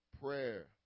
prayer